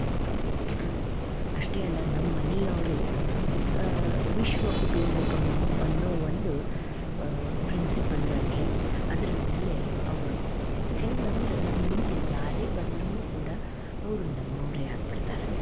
ಅಷ್ಟೇ ಅಲ್ಲ ನಮ್ಮ ಮನೆಯವರು ವಿಶ್ವ ಕುಟುಂಬ ಕಮ್ ಅನ್ನೋ ಒಂದು ಪ್ರಿನ್ಸಿಪಲ್ ಅನ್ನಿರಿ ಅದರ ಮೇಲೆ ಅವರು ಹೆಂಗದ್ರ ನಮ್ಮ ಮನೆಗೆ ಯಾರೇ ಬಂದ್ರೂ ಕೂಡ ಅವರು ನಮ್ಮವರೇ ಆಗ್ಬಿಡ್ತಾರೆ